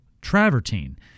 travertine